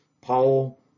Paul